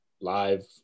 live